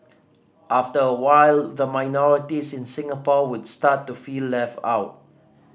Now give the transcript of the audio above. after a while the minorities in Singapore would start to feel left out